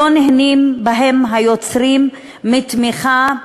לא נהנים בהם היוצרים מתמיכה.